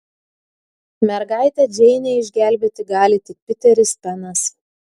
mergaitę džeinę išgelbėti gali tik piteris penas